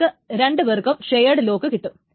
അവർക്ക് രണ്ടു പേർക്കും ഷെയെഡ് ലോക്ക് കിട്ടും